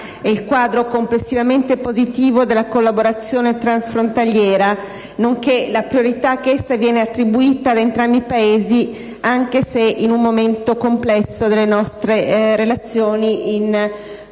il quadro complessivamente positivo della collaborazione transfrontaliera, nonché la priorità che ad essa viene attribuita da entrambi i Paesi, anche se in un momento complesso delle nostre relazioni rispetto